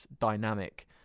dynamic